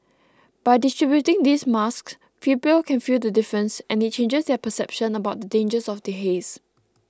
by distributing these masks people can feel the difference and it changes their perception about the dangers of the haze